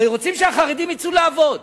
הרי רוצים שהחרדים יצאו לעבוד.